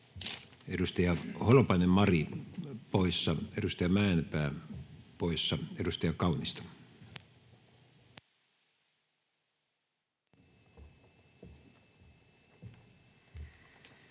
Edustaja Holopainen, Mari poissa, edustaja Mäenpää poissa. — Edustaja Kaunisto. [Speech